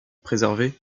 préservés